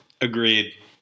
Agreed